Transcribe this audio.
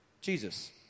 Jesus